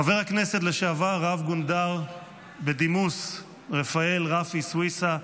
חבר הכנסת לשעבר רב-גונדר בדימוס רפאל רפי סויסה,